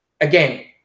again